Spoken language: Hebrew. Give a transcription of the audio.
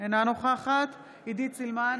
אינה נוכחת עידית סילמן,